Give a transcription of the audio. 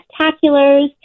spectaculars